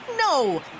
No